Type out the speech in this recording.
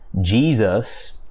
Jesus